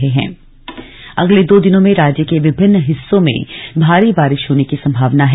मौसम अगले दो दिनों में राज्य के विभिन्न हिस्सों में भारी बारिश होने की संभावना है